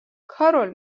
کارول